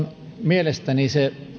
mielestäni se